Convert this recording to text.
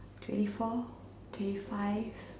twenty four twenty five